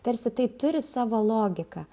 tarsi tai turi savo logiką